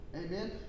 Amen